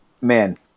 man